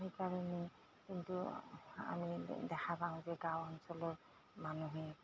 সেইকাৰাণে কিন্তু আমি দেখা পাওঁ যে গাঁও অঞ্চলৰ মানুহে